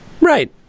right